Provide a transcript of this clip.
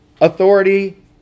authority